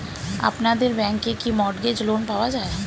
আপনাদের ব্যাংকে কি মর্টগেজ লোন পাওয়া যায়?